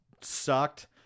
sucked